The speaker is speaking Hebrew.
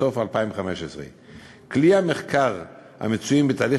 בסוף 2015. כלי המחקר המצויים בתהליך